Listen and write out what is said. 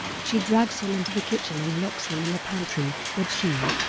she drags him into the kitchen and locks him in the pantry, but she